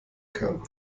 kann